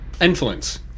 Influence